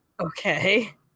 okay